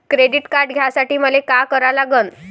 Credit card घ्यासाठी मले का करा लागन?